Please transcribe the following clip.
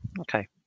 Okay